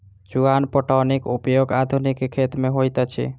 चुआन पटौनीक उपयोग आधुनिक खेत मे होइत अछि